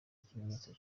ikimenyetso